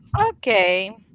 Okay